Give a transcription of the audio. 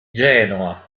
genoa